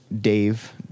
Dave